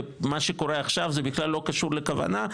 ומה שקורה עכשיו זה בכלל לא קשור לכוונה.